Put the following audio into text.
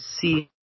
see